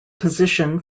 position